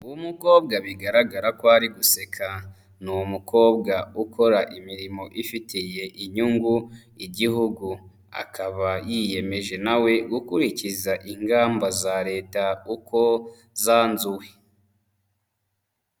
Uwo mukobwa bigaragara ko ari guseka, ni umukobwa ukora imirimo ifitiye inyungu igihugu, akaba yiyemeje nawe gukurikiza ingamba za leta uko zanzuwe.